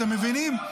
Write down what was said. אתם מבינים?